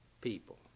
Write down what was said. People